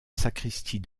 sacristie